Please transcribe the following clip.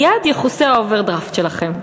מייד יכוסה האוברדרפט שלכם.